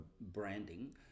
branding